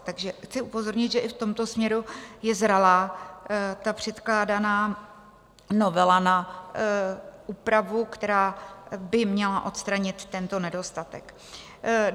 Takže chci upozornit, že i v tomto směru je zralá předkládaná novela na úpravu, která by měla odstranit tento nedostatek.